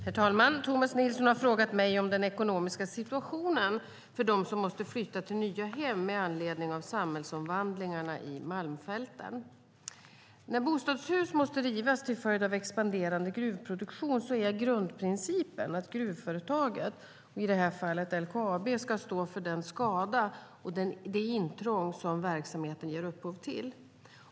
Herr talman! Tomas Nilsson har frågat mig om den ekonomiska situationen för dem som måste flytta till nya hem med anledning av samhällsomvandlingarna i Malmfälten. När bostadshus måste rivas till följd av expanderande gruvproduktion är grundprincipen att gruvföretaget - i detta fall LKAB - ska stå för den skada och det intrång som verksamheten ger upphov till.